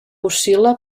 oscil·la